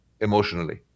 emotionally